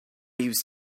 use